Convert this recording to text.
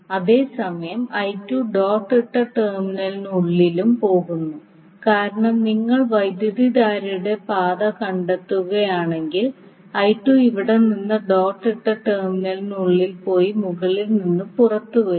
അതേസമയം I2 dot ഇട്ട ടെർമിനലിനുള്ളിലും പോകുന്നു കാരണം നിങ്ങൾ വൈദ്യുതധാരയുടെ പാത കണ്ടെത്തുകയാണെങ്കിൽ I2 ഇവിടെ നിന്ന് ഡോട്ട് ഇട്ട ടെർമിനലിനുള്ളിൽ പോയി മുകളിൽ നിന്ന് പുറത്തുവരും